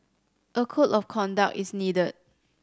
a code of conduct is needed